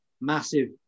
massive